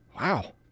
Wow